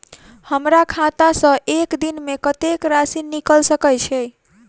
हमरा खाता सऽ एक दिन मे कतेक राशि निकाइल सकै छी